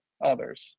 others